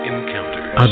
Encounters